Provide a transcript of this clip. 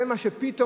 זה פתאום,